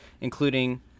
including